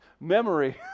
memory